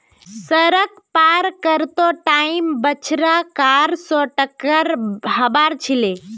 सड़क पार कर त टाइम बछड़ा कार स टककर हबार छिले